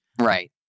Right